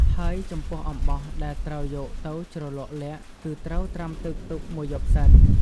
ហើយចំពោះអំបោះដែលត្រូវយកទៅជ្រលក់ល័ក្តគឺត្រូវត្រាំទឹកទុកមួយយប់សិន។